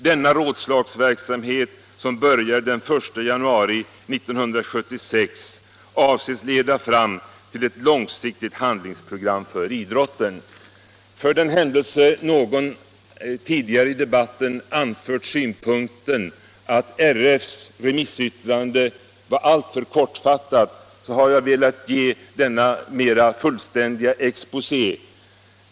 Denna rådslagsverksamhet, som börjar den 1 januari 1976, avses leda fram till ett långsiktigt handlingsprogram för idrotten. För den händelse någon tidigare i debatten anfört att Riksidrottsförbundets remissyttrande var alltför kortfattat har jag velat ge denna mer fullständiga exposé.